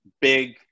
big